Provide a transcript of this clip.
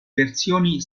versioni